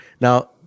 now